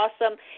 awesome